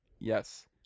Yes